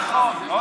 לא נכון, לא נכון.